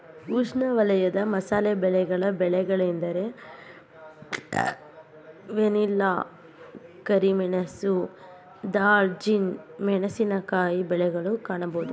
ಉಷ್ಣವಲಯದ ಮಸಾಲೆ ಬೆಳೆಗಳ ಬೆಳೆಗಳೆಂದರೆ ವೆನಿಲ್ಲಾ, ಕರಿಮೆಣಸು, ದಾಲ್ಚಿನ್ನಿ, ಮೆಣಸಿನಕಾಯಿ ಬೆಳೆಗಳನ್ನು ಕಾಣಬೋದು